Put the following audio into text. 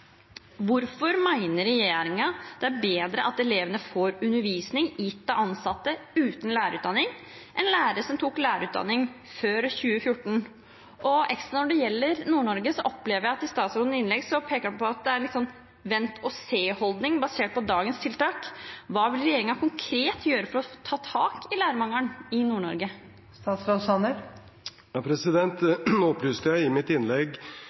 Hvorfor mener regjeringen det er bedre at elevene får undervisning gitt av ansatte uten lærerutdanning enn av lærere som tok lærerutdanning før 2014? Og når det gjelder Nord-Norge, opplever jeg at det i statsrådens innlegg er en vente-og-se-holdning basert på dagens tiltak. Hva vil regjeringen konkret gjøre for å ta tak i lærermangelen i Nord-Norge? Nå opplyste jeg i mitt innlegg